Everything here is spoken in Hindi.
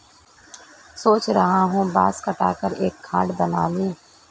सोच रहा हूं बांस काटकर एक खाट बना लूं